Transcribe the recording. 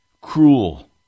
cruel